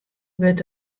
wurdt